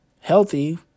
healthy